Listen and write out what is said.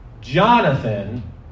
Jonathan